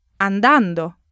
andando